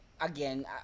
Again